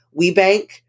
WeBank